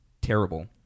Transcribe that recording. terrible